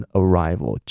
arrival